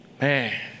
man